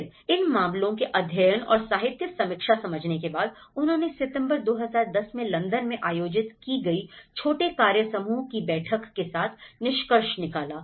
फिर इन मामलों के अध्ययन और साहित्य समीक्षा समझने के बाद उन्होंने सितंबर 2010 में लंदन में आयोजित की गई छोटे कार्य समूह की बैठक के साथ निष्कर्ष निकाला